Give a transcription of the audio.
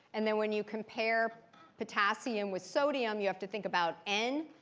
and then when you compare potassium with sodium, you have to think about n.